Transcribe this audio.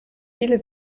viele